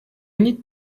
need